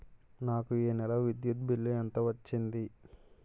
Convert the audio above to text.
నాకు ఈ నెల విద్యుత్ బిల్లు ఎంత వచ్చింది?